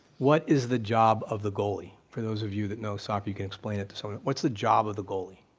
what is the job of the goalie? for those of you that know soccer, you can explain it to someone, what's the job of the goalie?